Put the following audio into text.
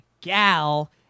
gal